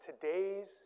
Today's